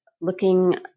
looking